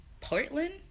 Portland